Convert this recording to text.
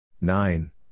nine